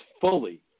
fully